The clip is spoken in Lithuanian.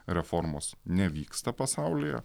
reformos nevyksta pasaulyje